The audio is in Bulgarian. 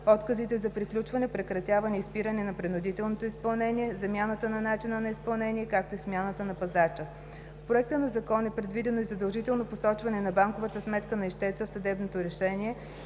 отказите за приключване, прекратяване и спиране на принудителното изпълнение, замяната на начина на изпълнение, както и смяната на пазача. В Проекта на закон е предвидено и задължително посочване на банковата сметка на ищеца в съдебното решение